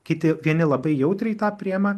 kiti vieni labai jautriai tą priima